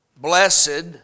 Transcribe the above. Blessed